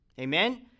Amen